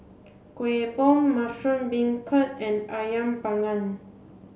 Kueh Bom mushroom beancurd and Ayam panggang